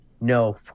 No